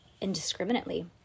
indiscriminately